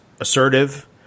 assertive